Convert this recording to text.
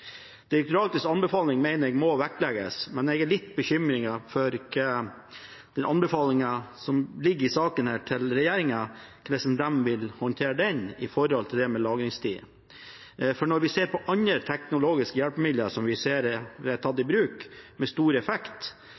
Direktoratets anbefaling mener jeg må vektlegges, men jeg er litt bekymret for den anbefalingen som ligger i saka – for hvordan regjeringen vil håndtere det med lagringstid. Når vi ser på andre teknologiske hjelpemidler som er tatt i bruk med stor effekt,